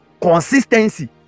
consistency